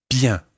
Bien